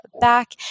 back